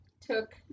took